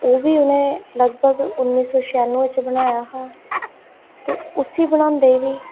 ओह्बी उ'नें लगभग उन्नी सौ छियानवे च बनाया हा ते उसी बनांदे बी